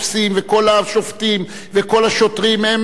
כל השופטים וכל השוטרים הם יהודים.